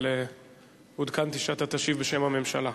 אבל עודכנתי שאתה תשיב בשם הממשלה.